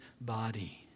body